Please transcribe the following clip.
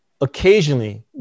Occasionally